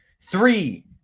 three